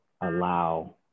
allow